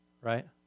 right